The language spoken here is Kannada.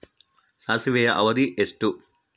ಸಾಸಿವೆಯ ಅವಧಿ ಎಷ್ಟು?